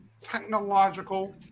technological